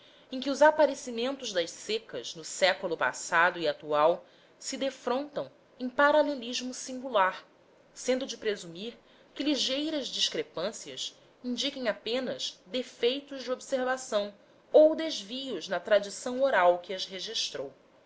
em que os aparecimentos das secas no século passado e atual se defrontam em paralelismo singular sendo de presumir que ligeiras discrepâncias indiquem apenas defeitos de observação ou desvios na tradição oral que as registrou